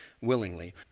willingly